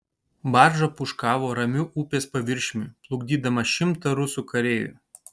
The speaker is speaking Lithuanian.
barža pūškavo ramiu upės paviršiumi plukdydama šimtą rusų kareivių